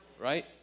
right